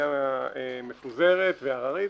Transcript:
בנייה מפוזרת והררית,